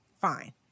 Fine